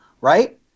right